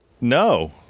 No